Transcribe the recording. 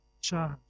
charge